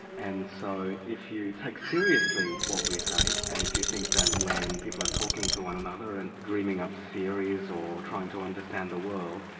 and so, if you take seriously what we say, and if you think that when people are talking to one another and dreaming up theories or trying to understand the world,